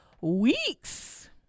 Weeks